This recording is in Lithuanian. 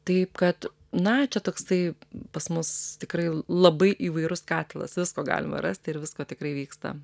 taip kad na čia toksai pas mus tikrai labai įvairus katilas visko galima rasti ir visko tikrai vyksta